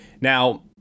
Now